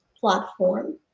platform